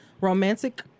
romantic